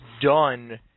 done –